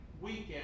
weekend